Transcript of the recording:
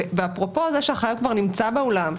ואפרופו זה שהחייב כבר נמצא באולם,